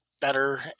better